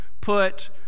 put